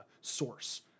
source